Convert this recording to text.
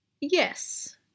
Yes